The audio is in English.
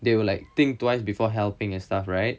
they will like think twice before helping and stuff right